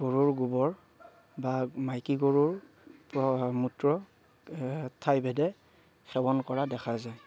গৰুৰ গোবৰ বা মাইকী গৰুৰ পৰা অহা মূত্ৰ ঠাইভেদে সেৱন কৰা দেখা যায়